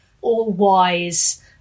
all-wise